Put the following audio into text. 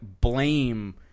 blame